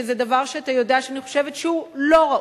שזה דבר שאתה יודע שאני חושבת שהוא לא ראוי,